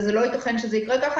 ולא ייתכן שזה יקרה כך.